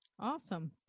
Awesome